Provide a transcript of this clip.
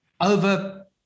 over